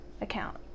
account